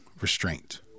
restraint